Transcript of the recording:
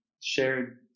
shared